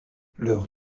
leurs